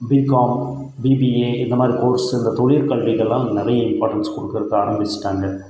BCom BBA இந்த மாதிரி course இந்த தொழிற்கல்விகெல்லாம் நிறைய இம்பார்டன்ஸ் கொடுக்கறக்கு ஆரம்பித்துட்டாங்க